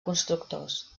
constructors